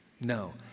No